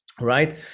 right